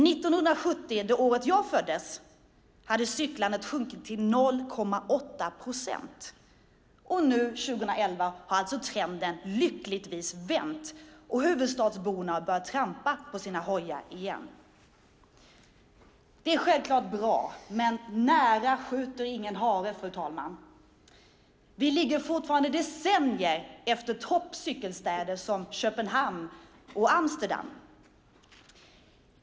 1970 - det år då jag föddes - hade cyklandet sjunkit till 0,8 procent. Nu, 2011, har alltså trenden lyckligtvis vänt. Huvudstadsborna har börjat trampa igen på sina hojar. Det är självklart bra. Men nära skjuter ingen hare, fru talman! Vi ligger fortfarande decennier efter toppcykelstäder som Köpenhamn och Amsterdam.